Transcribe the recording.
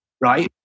right